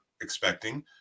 expecting